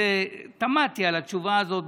תמהתי על התשובה הזאת,